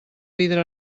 vidre